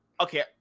okay